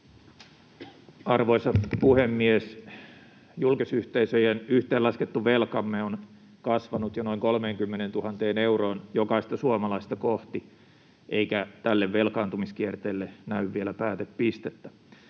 Arvoisa puhemies! Julkisyhteisöjen yhteenlaskettu velkamme on kasvanut jo noin 30 000 euroon jokaista suomalaista kohti, eikä tälle velkaantumiskierteelle näy vielä päätepistettä.